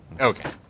Okay